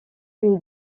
une